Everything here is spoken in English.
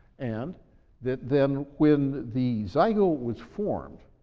and that then when the zygote was formed,